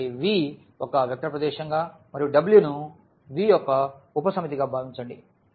కాబట్టి V ఒక vector ప్రదేశంగా మరియు W ను Vయొక్క ఉప సమితిగా భావించండి